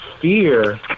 fear